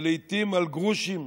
ולעיתים על גרושים,